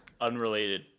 unrelated